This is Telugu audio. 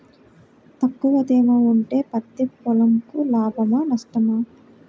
తక్కువ తేమ ఉంటే పత్తి పొలంకు లాభమా? నష్టమా?